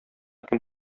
кем